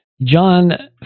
John